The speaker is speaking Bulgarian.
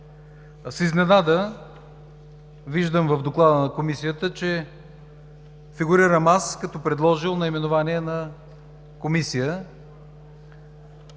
С изненада виждам в доклада на Комисията, че фигурирам аз, като предложил наименование на Комисия